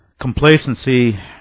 complacency